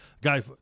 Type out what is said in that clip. Guy